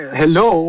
hello